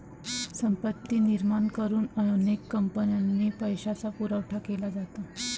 संपत्ती निर्माण करून अनेक कंपन्यांना पैशाचा पुरवठा केला जातो